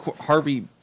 Harvey